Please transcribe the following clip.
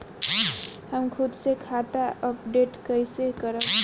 हम खुद से खाता अपडेट कइसे करब?